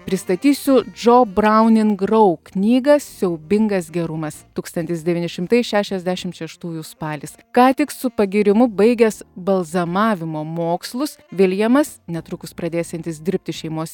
pristatysiu džo brauning rau knygą siaubingas gerumas tūkstantis devyni šimtai šešiasdešimt šeštųjų spalis ką tik su pagyrimu baigęs balzamavimo mokslus viljamas netrukus pradėsiantis dirbti šeimos